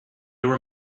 were